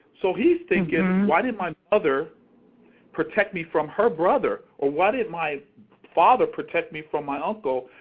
so he's thinking, why didn't my mother protect me from her brother? or, why didn't my father protect me from my uncle?